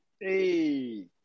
Hey